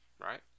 right